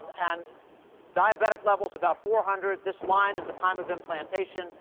and diabetic level is about four hundred. this line is the time of implantation.